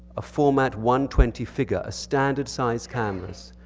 a format one twenty figure, standard size canvas.